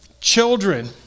Children